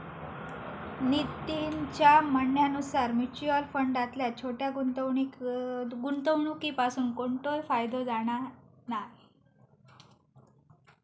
नितीनच्या म्हणण्यानुसार मुच्युअल फंडातल्या छोट्या गुंवणुकीपासून कोणतोय फायदो जाणा नाय